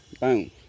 Boom